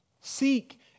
Seek